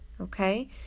okay